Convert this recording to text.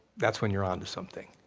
that's when you're on to something,